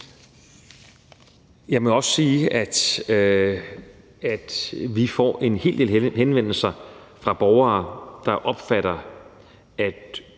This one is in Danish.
Jeg må også sige, at vi får en hel del henvendelser fra borgere, der mener, at